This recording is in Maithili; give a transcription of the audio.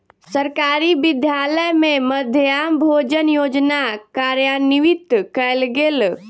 सरकारी विद्यालय में मध्याह्न भोजन योजना कार्यान्वित कयल गेल